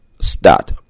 start